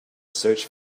search